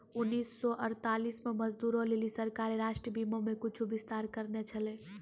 उन्नीस सौ अड़तालीस मे मजदूरो लेली सरकारें राष्ट्रीय बीमा मे कुछु विस्तार करने छलै